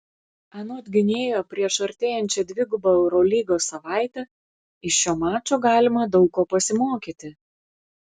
anot gynėjo prieš artėjančią dvigubą eurolygos savaitę iš šio mačo galima daug ko pasimokyti